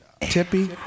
Tippy